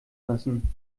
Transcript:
lassen